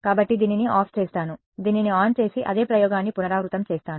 కాబట్టి దీనిని ఆఫ్ చేస్తాను దీనిని ఆన్ చేసి అదే ప్రయోగాన్ని పునరావృతం చేస్తాను